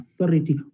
authority